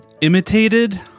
imitated